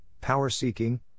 power-seeking